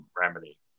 Remedy